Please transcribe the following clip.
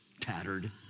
tattered